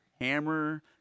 hammer